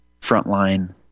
Frontline